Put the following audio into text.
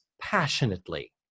passionately